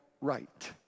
right